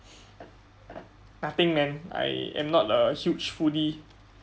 nothing man I am not a huge foodie